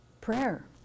Prayer